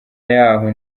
yahoo